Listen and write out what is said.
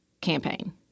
campaign